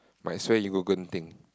might as well you go Genting